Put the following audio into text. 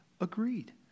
Agreed